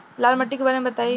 लाल माटी के बारे में बताई